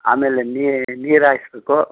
ಆಮೇಲೆ ನೀರು ಹಾಯಿಸ್ಬೇಕು